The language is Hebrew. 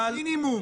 זה המינימום.